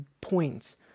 points